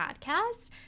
podcast